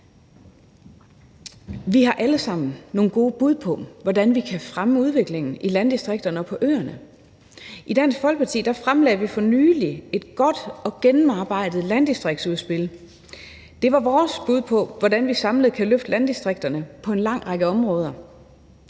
Vi har alle sammen nogle gode bud på, hvordan vi kan fremme udviklingen i landdistrikterne og på øerne. I Dansk Folkeparti fremlagde vi for nylig et godt og gennemarbejdet landdistriktsudspil. Det var vores bud på, hvordan vi samlet kan løfte landdistrikterne på en lang række områder: